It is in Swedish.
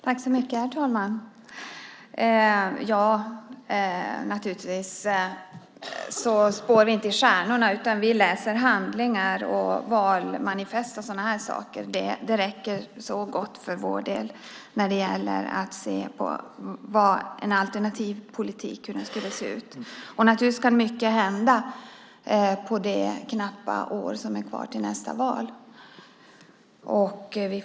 Herr talman! Naturligtvis spår vi inte i stjärnorna. Vi läser handlingar, valmanifest och sådana saker. Det räcker så gott för vår del när det gäller att se hur en alternativ politik skulle kunna se ut. Naturligtvis kan mycket hända på det knappa år som är kvar till nästa val.